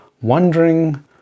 wondering